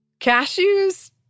cashews